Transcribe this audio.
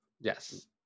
Yes